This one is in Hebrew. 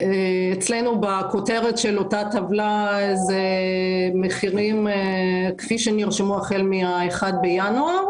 אצלנו בכותרת של אותה טבלה זה מחירים כפי שנרשמו החל מ-1 בינואר.